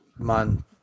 man